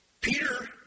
Peter